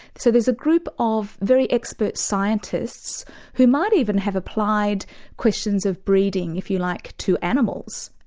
so there's a group of very expert scientists who might even have applied questions of breeding, if you like, to animals,